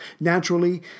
Naturally